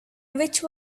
which